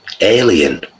alien